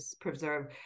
preserve